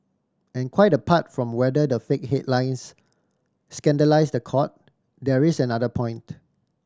and quite apart from whether the fake headlines scandalise the Court there is another point